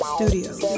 Studios